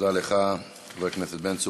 תודה לך, חבר הכנסת בן צור.